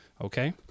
Okay